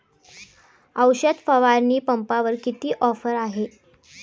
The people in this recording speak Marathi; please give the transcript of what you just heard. औषध फवारणी पंपावर किती ऑफर आहे?